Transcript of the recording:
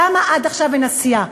למה עד עכשיו אין עשייה?